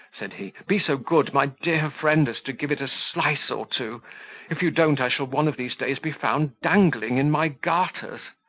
said he be so good, my dear friend, as to give it a slice or two if you don't, i shall one of these days be found dangling in my garters.